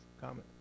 Comment